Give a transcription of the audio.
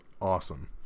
awesome